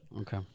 Okay